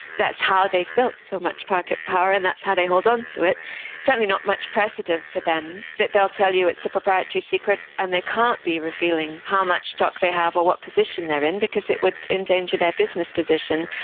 that's how they've built so much market power and that's how they hold on to it. there's certainly not much precedent for them, they will tell you it's a proprietary secret and they can't be revealing how much stock they have or what position they are in because it would endanger their business position.